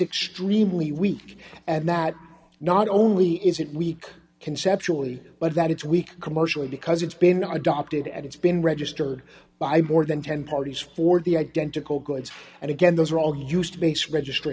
extremely weak and that not only is it weak conceptually but that it's weak commercially because it's been adopted and it's been registered by board then ten parties for the identical goods and again those are all used to base regist